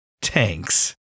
tanks